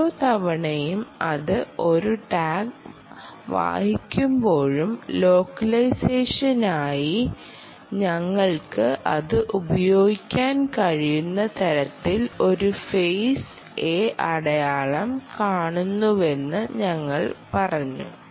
ഓരോ തവണയും അത് ഒരു ടാഗ് വായിക്കുമ്പോഴും ലോക്കലൈസേഷനായി ഞങ്ങൾക്ക് അത് ഉപയോഗിക്കാൻ കഴിയുന്ന തരത്തിൽ ആ ഫെയിസ് എ അടയാളം കാണുന്നുവെന്ന് ഞങ്ങൾ പറഞ്ഞു